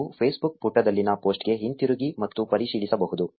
ನೀವು ಫೇಸ್ಬುಕ್ ಪುಟದಲ್ಲಿನ ಪೋಸ್ಟ್ಗೆ ಹಿಂತಿರುಗಿ ಮತ್ತು ಪರಿಶೀಲಿಸಬಹುದು